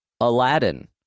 Aladdin